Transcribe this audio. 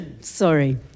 sorry